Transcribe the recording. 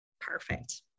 Perfect